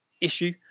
issue